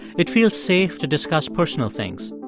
it feels safe to discuss personal things.